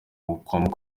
mukunzi